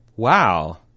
Wow